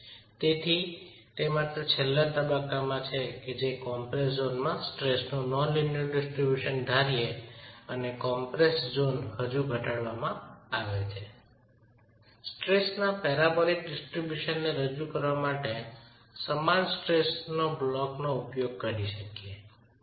તેથી તે માત્ર છેલ્લા તબક્કામાં છે કે કોમ્પ્રેસડ ઝોનમાં સ્ટ્રેસનું બિન રેખીય વિતરણ ધારીએ અને કોમ્પ્રેસડ ઝોનને હજુ ઘટાડવામાં આવે છે સ્ટ્રેસના પેરાબોલિક વિતરણને રજૂ કરવા માટે સમાન સ્ટ્રેસ બ્લોકનો ઉપયોગ કરી શકીયે છીએ